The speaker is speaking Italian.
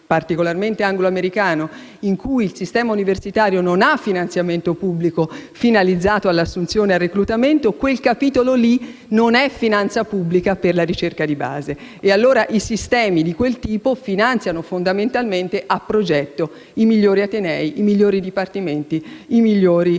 un sistema angloamericano, in cui il sistema universitario non ha finanziamento pubblico finalizzato all'assunzione e al reclutamento, quel capitolo non è finanza pubblica per la ricerca di base. Quindi, i sistemi di quel tipo finanziano fondamentalmente a progetto i migliori atenei, i migliori dipartimenti, i migliori